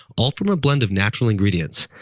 all from a blend of natural ingredients.